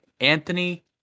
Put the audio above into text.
Anthony